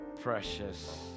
Precious